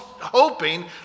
Hoping